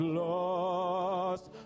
lost